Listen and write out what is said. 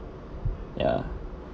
ya